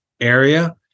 area